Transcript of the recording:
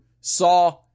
saw